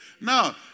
No